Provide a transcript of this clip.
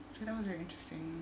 so that was very interesting